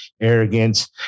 arrogance